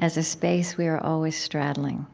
as a space we're always straddling.